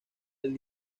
del